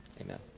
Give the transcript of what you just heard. Amen